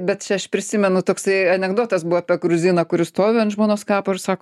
bet čia aš prisimenu toksai anekdotas buvo apie gruziną kuris stovi ant žmonos kapo ir sako